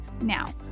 Now